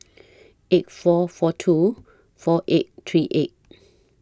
eight four four two four eight three eight